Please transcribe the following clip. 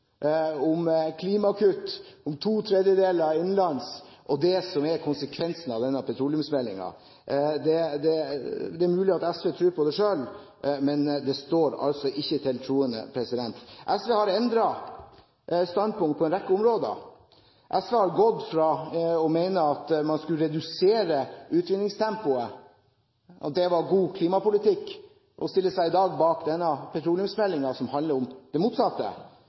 om klimakutt – om to tredjedeler innenlands – og det som er konsekvensen av denne petroleumsmeldingen. Det er mulig at SV tror på det selv, men det står altså ikke til troende. SV har endret standpunkt på en rekke områder. SV har gått fra å mene at man skulle redusere utvinningstempoet, og at det var god klimapolitikk, til i dag å stille seg bak denne petroleumsmeldingen, som handler om det motsatte.